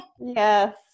yes